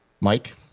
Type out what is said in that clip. Mike